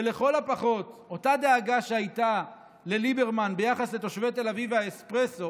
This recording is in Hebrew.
שלכל הפחות אותה דאגה שהייתה לליברמן ביחס לתושבי תל אביב והאספרסו